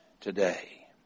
today